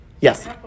Yes